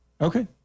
Okay